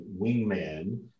Wingman